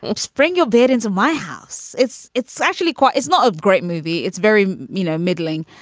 and spring your beard into my house. it's it's actually quite it's not a great movie. it's very you know middling,